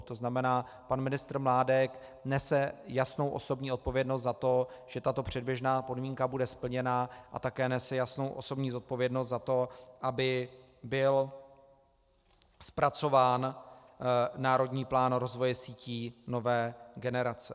To znamená, pan ministr Mládek nese jasnou odpovědnost za to, že tato předběžná podmínka bude splněna, a také nese jasnou osobní odpovědnost za to, aby byl zpracován Národní plán rozvoje sítí nové generace.